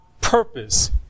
purpose